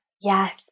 Yes